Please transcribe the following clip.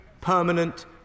permanent